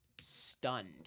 stunned